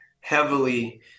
heavily